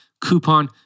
coupon